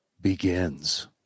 begins